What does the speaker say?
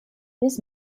this